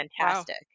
fantastic